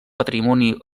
patrimoni